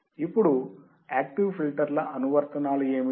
ఇప్పుడు యాక్టివ్ ఫిల్టర్ల అనువర్తనాలు ఏమిటి